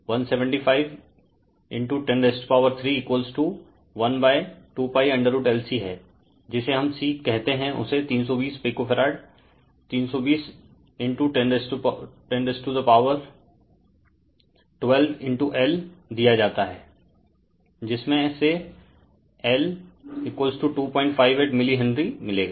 तो यह 175 103 12π है जिसे हम C कहते हैं उसे 320 picofarad 320 10 to the power 12 L दिया जाता है जिसमें से L 258 मिली हेनरी मिलेगा